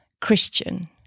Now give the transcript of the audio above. Christian